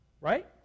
right